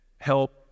help